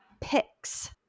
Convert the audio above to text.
picks